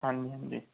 ਹਾਂਜੀ ਹਾਂਜੀ